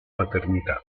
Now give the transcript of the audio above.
paternità